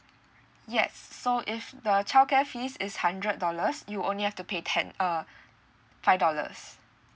yes so if the childcare fees is hundred dollars you only have to pay ten uh five dollars